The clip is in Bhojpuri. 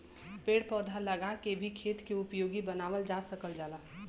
पेड़ पौधा लगा के भी खेत के उपयोगी बनावल जा सकल जाला